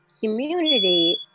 community